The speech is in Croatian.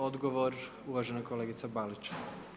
Odgovor uvažena kolegica Balić.